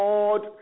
Lord